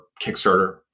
Kickstarter